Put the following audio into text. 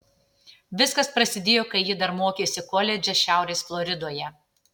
viskas prasidėjo kai ji dar mokėsi koledže šiaurės floridoje